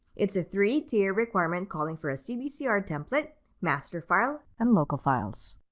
it's a three tier requirement calling for a cbcr template, master file and local files.